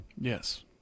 Yes